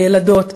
הילדות,